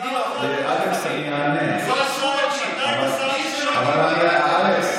אתה מדבר על פקידים, אני אענה.